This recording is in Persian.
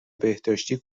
بهداشتی